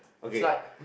okay